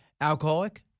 alcoholic